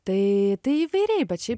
tai tai įvairiai bet šiaip